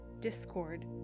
discord